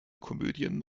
komödien